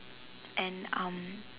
and um